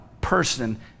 person